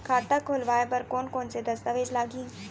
खाता खोलवाय बर कोन कोन से दस्तावेज लागही?